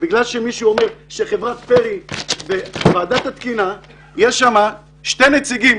בגלל שמישהו אומר שחברת פרי בוועדת התקינה יש שם שני נציגים